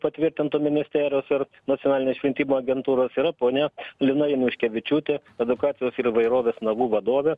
patvirtinto ministerijos ir nacionalinės šventimo agentūros yra ponia lina januškevičiūtė edukacijos ir įvairovės namų vadovė